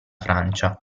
francia